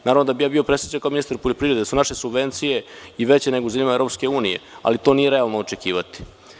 Naravno da bih bio presrećan kao ministar poljoprivrede da su naše subvencije i veće nego u zemljama EU, ali to nije realno očekivati.